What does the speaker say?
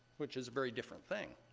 which is very different thing.